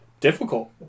difficult